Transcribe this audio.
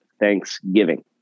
Thanksgiving